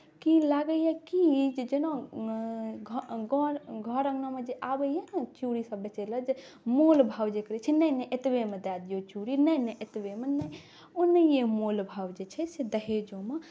कि लागैए कि जे जेना घर अङ्गनामे जे आबैए ने चूड़ीसभ बेचय लेल जे मोलभाव जे करैत छै नहि नहि एतबेमे दए दियौ चूड़ी नहि नहि एतबेमे नहि ओनाहिए मोलभाव जे छै से दहेजोमे